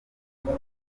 cyari